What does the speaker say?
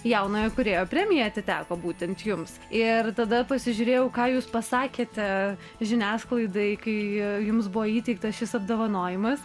jaunojo kūrėjo premija atiteko būtent jums ir tada pasižiūrėjau ką jūs pasakėte žiniasklaidai kai jums buvo įteiktas šis apdovanojimas